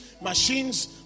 machines